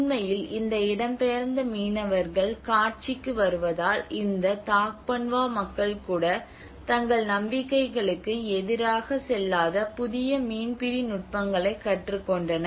உண்மையில் இந்த இடம்பெயர்ந்த மீனவர்கள் காட்சிக்கு வருவதால் இந்த தாக்பன்வா மக்கள் கூட தங்கள் நம்பிக்கைகளுக்கு எதிராக செல்லாத புதிய மீன்பிடி நுட்பங்களை கற்றுக்கொண்டனர்